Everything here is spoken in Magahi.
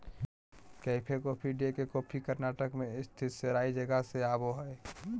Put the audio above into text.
कैफे कॉफी डे के कॉफी कर्नाटक मे स्थित सेराई जगह से आवो हय